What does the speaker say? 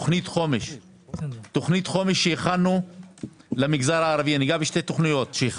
תוכנית חומש שהכנו למגזר הערבי הכנו שתיים.